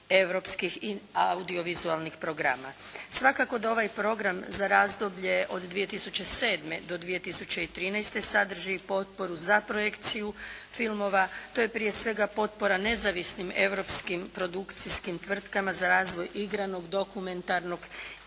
europskih audiovizualnih programa. Svakako da ovaj program za razdoblje od 2007. do 2013. sadrži potporu za projekciju filmova. To je prije svega potpora nezavisnim europskim produkcijskim tvrtkama za razvoj igranog, dokumentarnog i